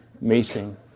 meeting